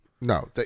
No